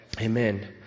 Amen